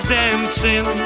dancing